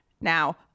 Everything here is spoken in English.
now